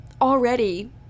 already